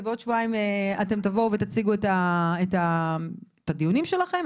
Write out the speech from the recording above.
ובעוד שבועיים אתם תבואו ותציגו את הדיונים שלכם,